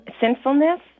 sinfulness